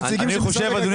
אנחנו רוצים לבוא בלי